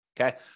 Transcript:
Okay